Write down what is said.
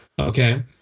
okay